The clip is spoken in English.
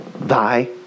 thy